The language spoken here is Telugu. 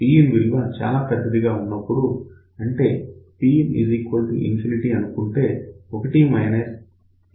Pin విలువ చాలా పెద్దదిగా ఉన్నప్పుడు అంటే Pin ∞ అనుకుంటే 1 exp G